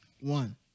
One